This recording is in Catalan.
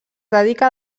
dedica